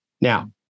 Now